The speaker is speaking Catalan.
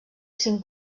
cinc